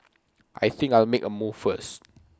I think I'll make A move first